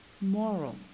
moral